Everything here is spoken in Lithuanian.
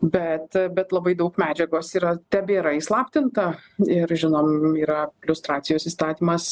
bet bet labai daug medžiagos yra tebėra įslaptinta ir žinom yra liustracijos įstatymas